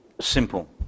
simple